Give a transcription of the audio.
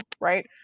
right